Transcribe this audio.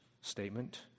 statement